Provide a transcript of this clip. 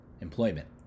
Employment